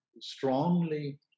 strongly